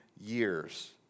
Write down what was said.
years